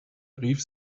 rief